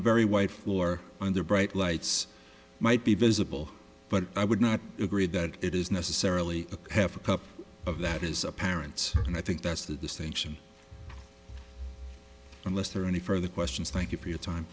white floor and their bright lights might be visible but i would not agree that it is necessarily a half a cup of that is apparent and i think that's the distinction unless there are any further questions thank you for your time